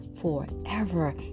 forever